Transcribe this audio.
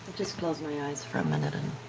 just close my eyes for a minute and